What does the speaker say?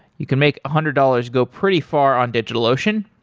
you can make a hundred dollars go pretty far on digitalocean.